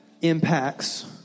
impacts